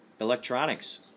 electronics